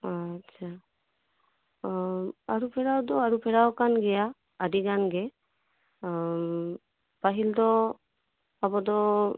ᱟᱪᱪᱷᱟ ᱟᱹᱨᱩᱯᱷᱮᱨᱟᱣ ᱫᱚ ᱟᱹᱨᱩᱯᱷᱮᱨᱟᱣ ᱟᱠᱟᱱᱜᱮᱭᱟ ᱟᱹᱰᱤᱜᱟᱱ ᱜᱮ ᱯᱟᱹᱦᱤᱞ ᱫᱚ ᱟᱵᱚᱫᱚ